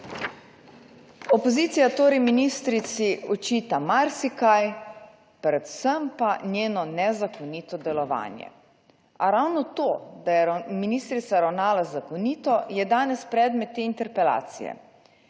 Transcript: Opozicija torej ministrici očita marsikaj, predvsem pa njeno nezakonito delovanje. A ravno to, da je ministrica ravnala zakonito je danes predmet te interpelacije.